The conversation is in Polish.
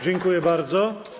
Dziękuję bardzo.